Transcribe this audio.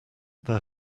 there